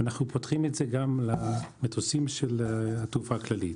אנחנו פותחים את זה גם למטוסים של התעופה הכללית.